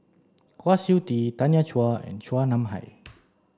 Kwa Siew Tee Tanya Chua and Chua Nam Hai